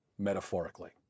metaphorically